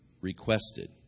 requested